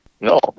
No